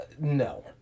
No